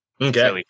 Okay